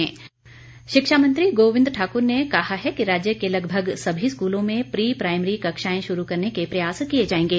शिक्षा मंत्री शिक्षा मंत्री गोविंद ठाकुर ने कहा है कि राज्य के लगभग सभी स्कूलों में प्री प्राईमरी कक्षाएं शुरू करने के प्रयास किए जाएंगे